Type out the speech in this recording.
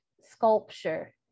sculpture